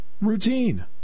routine